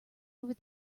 over